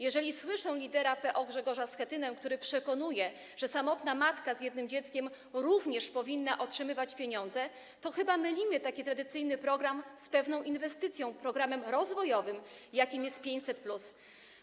Jeżeli słyszą lidera PO Grzegorza Schetynę, który przekonuje, że samotna matka z jednym dzieckiem również powinna otrzymywać pieniądze, to chyba mylimy taki tradycyjny program z pewną inwestycją, programem rozwojowym, jakim jest 500+.